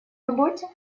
работе